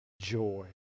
joy